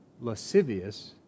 lascivious